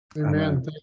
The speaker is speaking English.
Amen